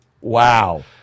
Wow